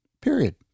Period